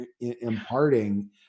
imparting